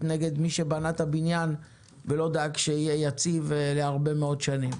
נגד מי שבנה את הבניין ולא דאג שיהיה יציב להרבה מאוד שנים.